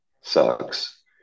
sucks